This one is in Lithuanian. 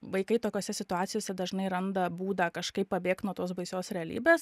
vaikai tokiose situacijose dažnai randa būdą kažkaip pabėgt nuo tos baisios realybės